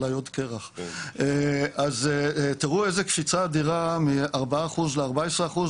תראו איזו קפיצה אדירה מ-4% ל-14% אחוז,